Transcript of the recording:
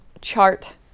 chart